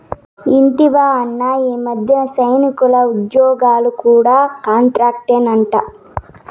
ఇంటివా అన్నా, ఈ మధ్యన సైనికుల ఉజ్జోగాలు కూడా కాంట్రాక్టేనట